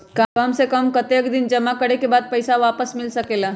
काम से कम कतेक दिन जमा करें के बाद पैसा वापस मिल सकेला?